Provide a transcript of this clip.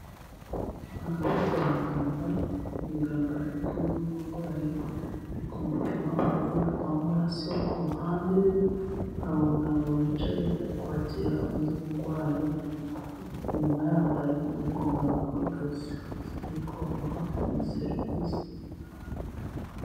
Aha ni kwa muganga, umuganga ari kumwe n'umurwayi, ari kumupima umuvuduko w'amaraso, ku ruhande rwe hari umuganga wicaye ari kwakira undi murwayi, inyuma yaho hariho undi muganga uhagaze, ukeneye ko bamuha servisi.